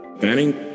Banning